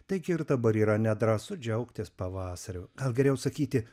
taigi ir dabar yra nedrąsu džiaugtis pavasariu gal geriau sakyti